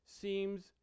seems